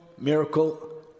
Miracle